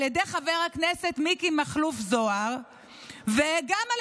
על ידי חבר הכנסת מיקי מכלוף זוהר וגם על